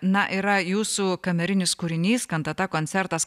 na yra jūsų kamerinis kūrinys kantata koncertas